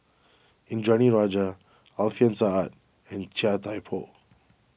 Indranee Rajah Alfian Sa'At and Chia Thye Poh